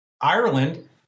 Ireland